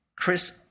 Chris